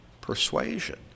persuasion